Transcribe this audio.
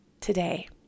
today